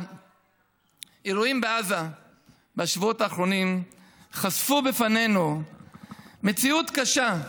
האירועים בעזה בשבועות האחרונים חשפו בפנינו מציאות קשה.